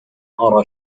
أرى